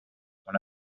one